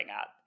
up